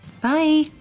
Bye